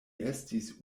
estis